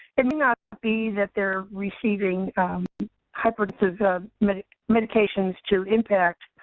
it may not be that they're receiving hypotensive medications to impact,